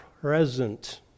present